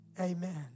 Amen